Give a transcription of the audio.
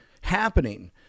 happening